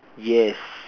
yes